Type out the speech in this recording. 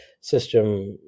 system